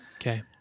okay